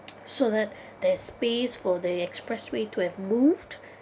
so that there's space for the expressway to have moved